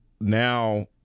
now